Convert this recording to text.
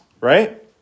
right